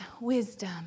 wisdom